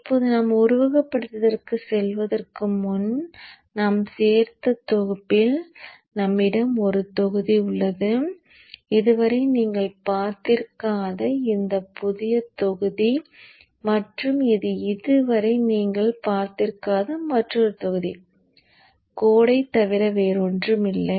இப்போது நாம் உருவகப்படுத்துதலுக்குச் செல்வதற்கு முன் நாம் சேர்த்த தொகுப்பில் நம்மிடம் 1 தொகுதி உள்ளது இது வரை நீங்கள் பார்த்திருக்காத இந்த புதிய தொகுதி மற்றும் இது இதுவரை நீங்கள் பார்த்திருக்காத மற்றொரு தொகுதி கோடை தவிர வேறில்லை